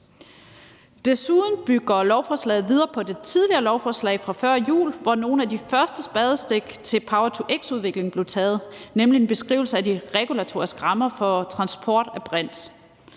Desuden bygger lovforslaget videre på det tidligere lovforslag fra før jul, hvor nogle af de første spadestik til power-to-x-udviklingen blev taget, nemlig en beskrivelse af de regulatoriske rammer for transport af brint.